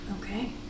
Okay